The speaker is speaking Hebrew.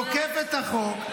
תוקף את החוק.